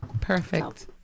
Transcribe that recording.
Perfect